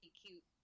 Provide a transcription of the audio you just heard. cute